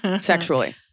Sexually